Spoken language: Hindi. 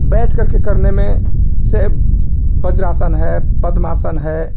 बैठ करके करने में से वज्रासन है पद्मासन है